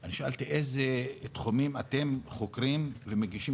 אני שאלתי באיזה תחומים אתם חוקרים ומגישים